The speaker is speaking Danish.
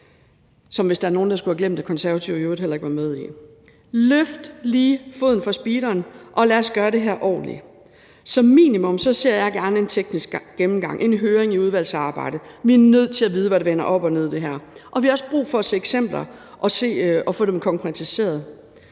Løft lige foden fra speederen og lad os gøre det her ordentligt. Som minimum ser jeg gerne en teknisk gennemgang og en høring under udvalgsarbejdet. Vi er nødt til at vide, hvad der vender op og ned i det her, og vi har også brug for at se eksempler og få dem konkretiseret.